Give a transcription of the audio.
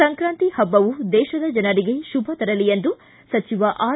ಸಂಕ್ರಾಂತಿ ಹಬ್ಬವು ದೇಶದ ಜನರಿಗೆ ಶುಭ ತರಲಿ ಎಂದು ಸಚಿವ ಆರ್